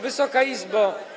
Wysoka Izbo!